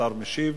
השר משיב,